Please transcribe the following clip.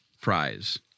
Prize